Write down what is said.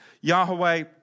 Yahweh